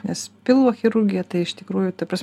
nes pilvo chirurgija tai iš tikrųjų ta prasme